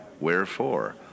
Wherefore